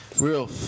Real